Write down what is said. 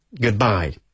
goodbye